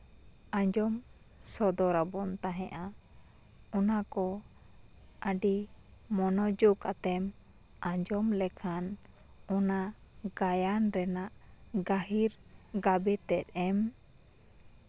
ᱟᱸᱡᱚᱢ ᱥᱚᱫᱚᱨᱟᱵᱚᱱ ᱛᱟᱦᱮᱸᱜᱼᱟ ᱚᱱᱟ ᱠᱚ ᱟᱹᱰᱤ ᱢᱚᱱᱚᱡᱳᱜ ᱟᱛᱮᱢ ᱟᱸᱡᱚᱢ ᱞᱮᱠᱷᱟᱱ ᱚᱱᱟ ᱜᱟᱭᱟᱱ ᱨᱮᱱᱟᱜ ᱜᱟᱹᱦᱤᱨ ᱜᱟᱵᱮ ᱛᱮᱜ ᱮᱢ